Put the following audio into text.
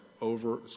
over